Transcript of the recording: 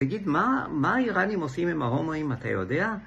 תגיד, מה האיראנים עושים עם ההומואים, אתה יודע?